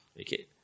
Okay